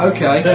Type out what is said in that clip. Okay